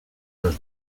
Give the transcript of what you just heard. los